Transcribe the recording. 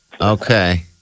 Okay